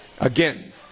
again